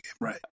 right